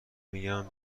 میگم